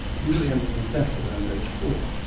usually ending in death around age four.